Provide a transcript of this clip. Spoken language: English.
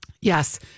Yes